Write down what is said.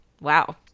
Wow